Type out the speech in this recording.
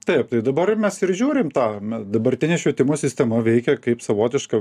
taip tai dabar mes ir žiūrim tą dabartinė švietimo sistema veikia kaip savotiška